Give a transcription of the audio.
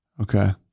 Okay